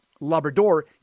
Labrador